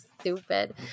stupid